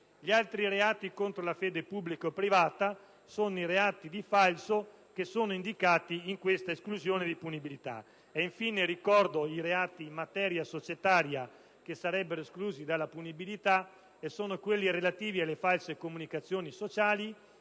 Gli altri reati contro la fede pubblica o privata sono i reati di falso indicati in questa esclusione di punibilità. Infine, ricordo i reati in materia societaria che sarebbero esclusi dalla punibilità e che sono quelli relativi alle false comunicazioni sociali